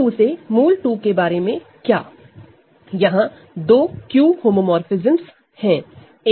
√2 से √2 के बारे में क्या यहां दो Q होमोमोरफ़िज्मस है